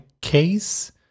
case